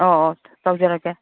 ꯑꯣ ꯑꯣ ꯇꯧꯖꯔꯛꯀꯦ